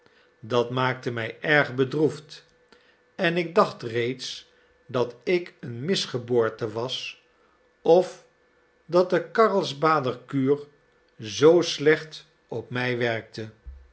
dat maakte mij erg bedroefd en ik dacht reeds dat ik een misgeboorte was of dat de karlsbader kuur zoo slecht op mij werkte